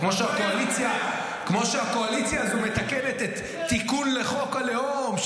כמו שהקואליציה הזו מתקנת תיקון לחוק הלאום,